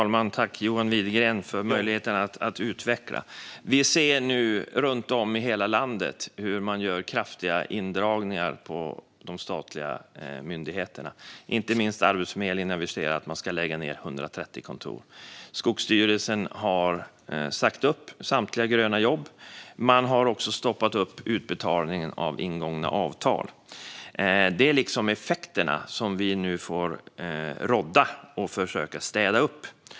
Herr talman! Tack för möjligheten att utveckla, John Widegren! Vi ser nu runt om i hela landet att det görs kraftiga neddragningar på de statliga myndigheterna. Det gäller inte minst Arbetsförmedlingen, som aviserar att 130 kontor ska läggas ned. Skogsstyrelsen har sagt upp samtliga gröna jobb, och man har stoppat utbetalningen av ingångna avtal. Detta är de effekter vi nu får rådda med och städa upp i.